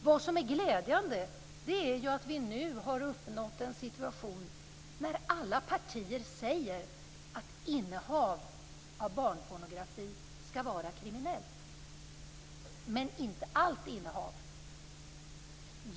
Vad som är glädjande är att vi nu har uppnått en situation där alla partier säger att innehav av barnpornografi skall vara kriminellt - men inte allt innehav.